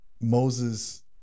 moses